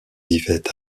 vivaient